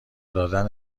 دادن